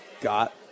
got